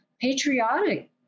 patriotic